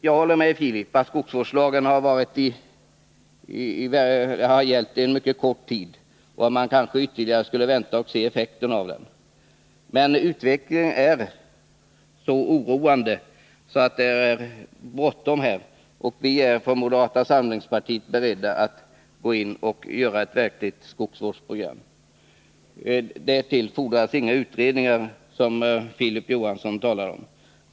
Jag håller med Filip Johansson om att skogsvårdslagen har gällt under mycket kort tid och att man därför kanske skulle vänta ytterligare och se effekterna av den. Men utvecklingen är så oroande att det är bråttom, och från moderata samlingspartiet är vi beredda att arbeta fram ett verkligt skogsvårdsprogram. Därtill fordras inga utredningar, som Filip Johansson talar om.